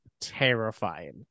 terrifying